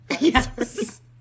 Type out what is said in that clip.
yes